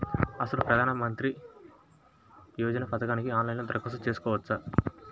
అసలు ప్రధాన మంత్రి యోజన పథకానికి ఆన్లైన్లో దరఖాస్తు చేసుకోవచ్చా?